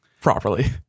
properly